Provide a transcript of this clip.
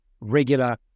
regular